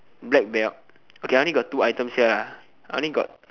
black belt okay I only got two items here ah I only got